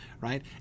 Right